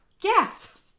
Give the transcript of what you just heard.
Yes